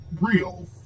real